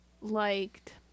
liked